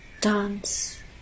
dance